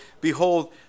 behold